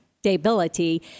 stability